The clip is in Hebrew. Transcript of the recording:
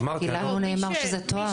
כי לנו נאמר שזה תואם.